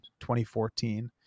2014